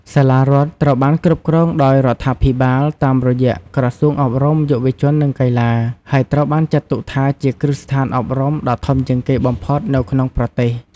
សាលារដ្ឋត្រូវបាន គ្រប់គ្រងដោយរដ្ឋាភិបាល តាមរយៈក្រសួងអប់រំ យុវជន និងកីឡា ហើយត្រូវបានចាត់ទុកថាជាគ្រឹះស្ថានអប់រំដ៏ធំជាងគេបំផុតនៅក្នុងប្រទេស។